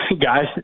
guys